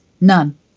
none